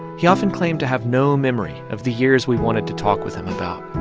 he often claimed to have no memory of the years we wanted to talk with him about.